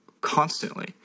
Constantly